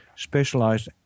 Specialized